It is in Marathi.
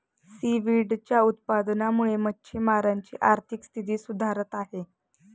सीव्हीडच्या उत्पादनामुळे मच्छिमारांची आर्थिक स्थिती सुधारत आहे